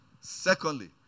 secondly